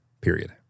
period